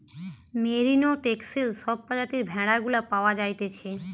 merino, texel সব প্রজাতির ভেড়া গুলা পাওয়া যাইতেছে